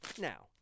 now